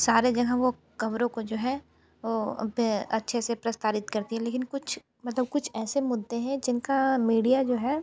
सारे जहाँ वो ख़बरों को जो है अच्छे से प्रसारित करती है लेकिन कुछ मतलब कुछ ऐसे मुद्दे हैं जिनका मीडिया जो है